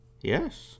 Yes